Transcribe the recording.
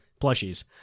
Plushies